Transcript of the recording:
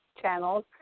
channels